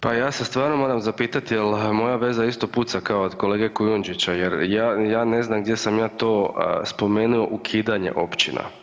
Pa ja se stvarno moram zapitati jel moja veza isto puca kao od kolege Kujundžića jer ja ne znam gdje sam ja to spomenuo ukidanje općina.